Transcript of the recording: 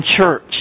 church